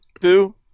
Two